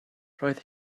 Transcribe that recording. roedd